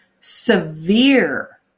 severe